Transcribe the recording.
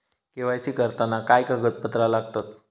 KYC करताना काय कागदपत्रा लागतत?